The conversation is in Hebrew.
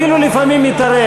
אפילו לפעמים התערב,